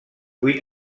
vuit